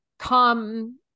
Come